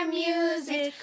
music